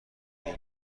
این